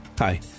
Hi